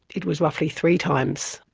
it was roughly three times,